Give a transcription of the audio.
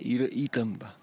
yra įtampa